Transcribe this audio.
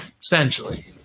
Essentially